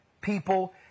people